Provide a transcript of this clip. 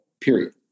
period